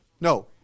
No